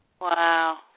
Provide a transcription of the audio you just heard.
Wow